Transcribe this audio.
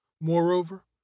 moreover